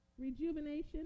Rejuvenation